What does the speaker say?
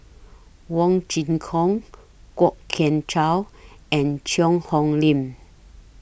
Wong Kin Jong Kwok Kian Chow and Cheang Hong Lim